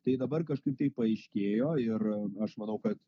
tai dabar kažkaip tai paaiškėjo ir aš manau kad